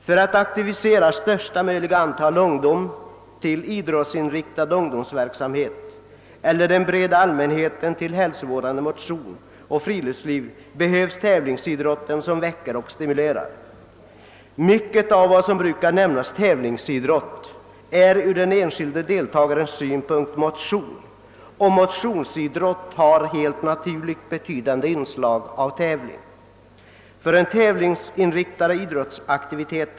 För att aktivisera största möjliga antal ungdomar till idrottsinriktad ungdomsverksamhet eller den stora allmänheten till hälsovårdande motion och friluftsliv behövs tävlingsidrotten som väckare och stimulerare. Mycket av det som brukar kallas tävlingsidrott är ur den enskilde deltagarens synpunkt motion — samtidigt har motionsidrott naturligtvis betydande inslag av tävling.